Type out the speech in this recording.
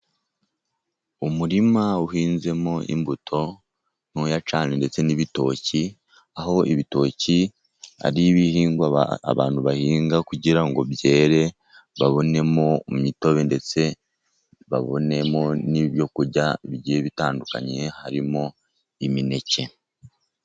Umurima uhinzemo imbuto ntoya cyane ndetse n'ibitoki, aho ibitoki ar'ibihingwa abantu bahinga kugira ngo byere, ba bonemo imitobe ndetse ba bonemo n'ibyo kurya bigiye bitandukanye harimo imineke.